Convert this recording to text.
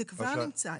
זה כבר נמצא.